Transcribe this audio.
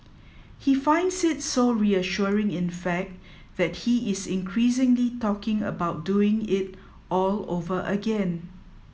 he finds it so reassuring in fact that he is increasingly talking about doing it all over again